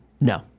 No